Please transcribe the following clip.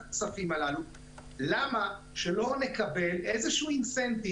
למה לא נקבל איזה תמריץ,